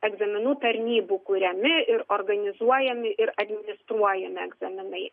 egzaminų tarnybų kuriami ir organizuojami ir administruojami egzaminai